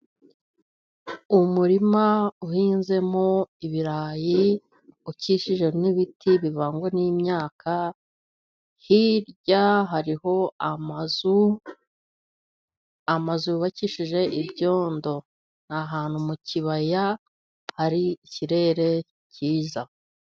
Umurima uhinzemo ibirayi, ukikije n'ibiti bivangwa n'imyaka hirya hariho amazu, amazu yubakishije ibyondo ahantu mu kibaya hari ikirere cyiza.